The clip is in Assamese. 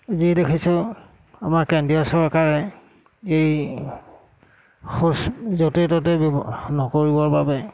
যি দেখিছোঁ আমাৰ কেন্দ্ৰীয় চৰকাৰে এই শৌচ য'তে ত'তে ব্যৱহাৰ নকৰিবৰ বাবে